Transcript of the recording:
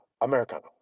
americano